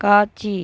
காட்சி